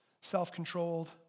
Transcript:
self-controlled